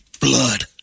Blood